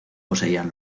poseían